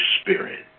Spirit